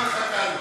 דימונה מחכה לי.